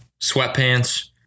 sweatpants